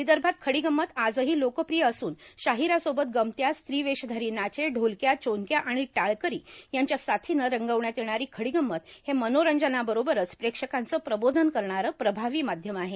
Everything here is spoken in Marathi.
विदर्भात खडीगंमत आजही लोकप्रिय असून शाहीरासोबत गमत्या स्त्री वेषधारी नाचे ढोलक्या चोनक्या आणि टाळकरी यांच्या साथीनं रंगवण्यात येणारी खडीगंमत हे मनोरंजनाबरोबर प्रेक्षकांचं प्रबोधन करणारं प्रभावी माध्यम आहे